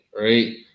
right